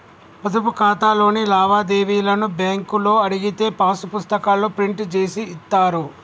పొదుపు ఖాతాలోని లావాదేవీలను బ్యేంకులో అడిగితే పాసు పుస్తకాల్లో ప్రింట్ జేసి ఇత్తారు